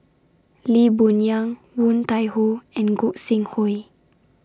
Lee Boon Yang Woon Tai Ho and Gog Sing Hooi